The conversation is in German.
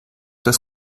das